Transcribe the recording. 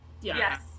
Yes